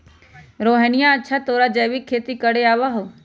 रोहिणीया, अच्छा तोरा जैविक खेती करे आवा हाउ?